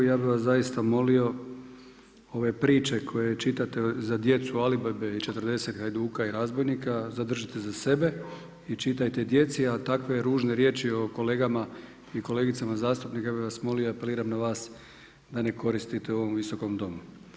Ja bih vas zaista molio ove priče koje čitate za djecu Alibabe i 40 hajduka i razbojnika zadržite za sebe i čitajte djeci, a takve ružne riječi o kolegama i kolegicama zastupnicima ja bih vas molio i apeliram na vas da ne koristite u ovom Visokom domu.